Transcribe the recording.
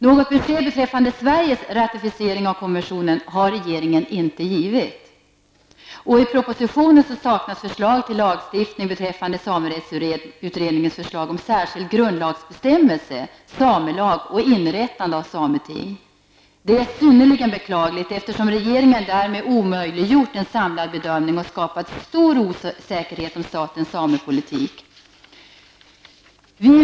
Något besked om Sveriges ratificering av konventionen har regeringen inte givit, och i propositionen saknas förslag till lagstiftning beträffande samerättsutredningens förslag till särskild grundlagsbestämmelse, samelag och inrättande av sameting. Det är synnerligen beklagligt eftersom regeringen därmed omöjliggjort en samlad bedömning och skapat stor osäkerhet om statens samepolitik.